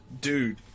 dude